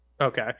Okay